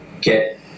get